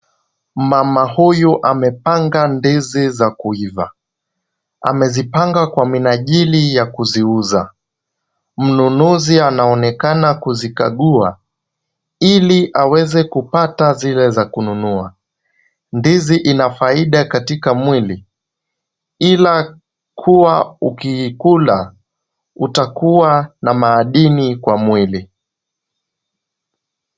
Mama huyu amepanga ndizi za kuiva. Amezipanga kwa minajili ya kuziuza. Mnunuzi anaonekana kuzikagua, ili aweze kupata zile za kununua. Ndizi ina faida katika mwili, ila kuwa ukikula utakuwa na madini kwa mwili.